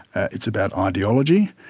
it's about ideology.